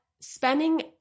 spending